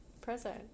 present